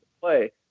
play